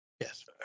yes